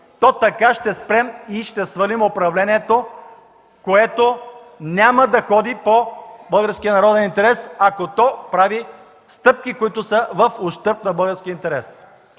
то така ще спрем и ще свалим управлението, което няма да ходи по българския народен интерес, ако то прави стъпки, които са в ущърб на българския интерес.